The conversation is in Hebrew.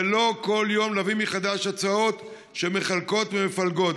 ולא כל יום להביא מחדש הצעות שמחלקות ומפלגות.